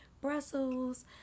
Brussels